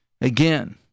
Again